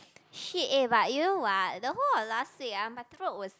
shit eh but you know what the whole of last week ah my throat was